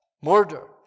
murder